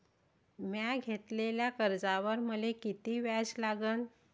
म्या घेतलेल्या कर्जावर मले किती व्याज लागन?